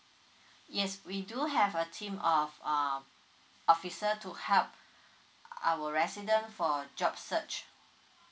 yes we do have a team of uh officer to help our resident for job search